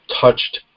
touched